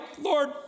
Lord